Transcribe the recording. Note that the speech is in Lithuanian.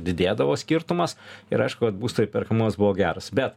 didėdavo skirtumas ir aišku kad būsto įperkamumas buvo geras bet